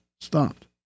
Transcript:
stopped